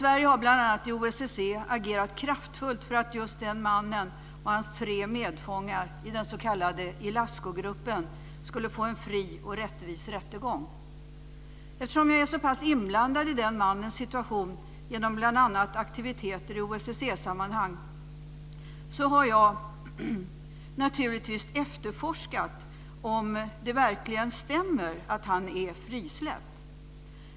Sverige har, bl.a. i OSSE, agerat kraftfullt för att just den mannen och hans tre medfångar i den s.k. Ilascugruppen skulle få en fri och rättvis rättegång. Eftersom jag är så pass inblandad i den mannens situation genom bl.a. aktiviteter i OSSE-sammanhang, har jag naturligtvis efterforskat om det verkligen stämmer att han är frisläppt.